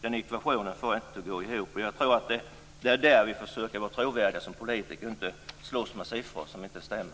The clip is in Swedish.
Den ekvationen får jag inte att gå ihop. Jag tror att det är där vi får söka vår trovärdighet som politiker, inte slåss med siffror som inte stämmer.